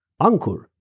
Ankur